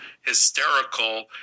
hysterical